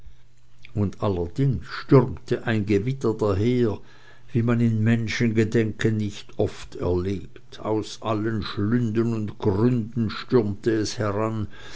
und allerdings stürmte ein gewitter daher wie man in menschengedenken nicht oft erlebt aus allen schlünden und gründen stürmte es heran